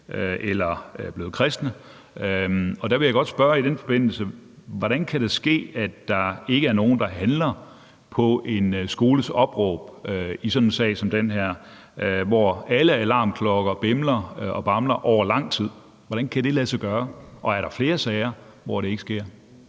eller blev kristne. I den forbindelse vil jeg godt spørge: Hvordan kan det ske, at der ikke er nogen, der handler på en skoles opråb i sådan en sag som den her, hvor alle alarmklokker bimler og bamler over lang tid? Hvordan kan det lade sig gøre, og er der flere sager, hvor det ikke sker?